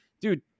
dude